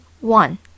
one